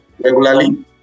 regularly